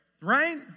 Right